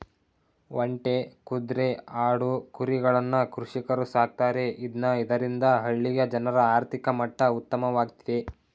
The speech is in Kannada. ಒಂಟೆ, ಕುದ್ರೆ, ಆಡು, ಕುರಿಗಳನ್ನ ಕೃಷಿಕರು ಸಾಕ್ತರೆ ಇದ್ನ ಇದರಿಂದ ಹಳ್ಳಿಯ ಜನರ ಆರ್ಥಿಕ ಮಟ್ಟ ಉತ್ತಮವಾಗ್ತಿದೆ